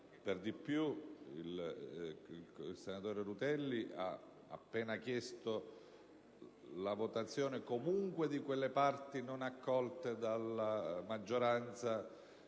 che il senatore Rutelli ha appena chiesto la votazione comunque di quelle parti non accolte dalla maggioranza,